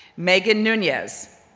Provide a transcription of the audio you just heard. megan nunez,